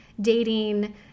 dating